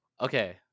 Okay